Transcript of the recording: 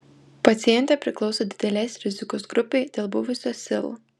pacientė priklauso didelės rizikos grupei dėl buvusio sil